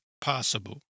possible